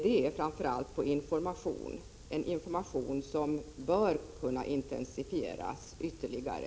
Det är framför allt på informationssidan. Informationen bör kunna intensifieras ytterligare.